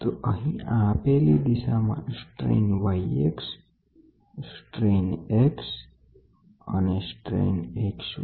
તો અહીં આપેલી દિશામાં એવું થાય છે કે ત્યાં સ્ટ્રેન y x લાગુ પડશે અને અહી સ્ટ્રેન x લાગુ થશે અને આ દિશામાં સ્ટ્રેન x y લાગુ થાય છે બરાબર